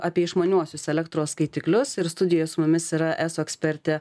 apie išmaniuosius elektros skaitiklius ir studijoje su mumis yra eso ekspertė